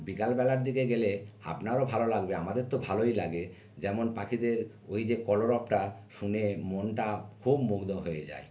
বিকালবেলার দিকে গেলে আপনারও ভালো লাগবে আমাদের তো ভালোই লাগে যেমন পাখিদের ওই যে কলরবটা শুনে মনটা খুব মুগ্ধ হয়ে যায়